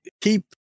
keep